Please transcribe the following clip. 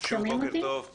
שוב בוקר טוב.